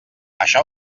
això